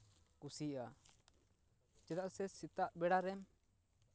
ᱠᱩᱥᱤᱭᱟᱜᱼᱟ ᱪᱮᱫᱟᱜ ᱥᱮ ᱥᱮᱛᱟᱜ ᱵᱮᱲᱟ ᱨᱮ